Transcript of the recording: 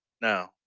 No